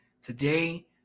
today